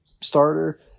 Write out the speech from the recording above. starter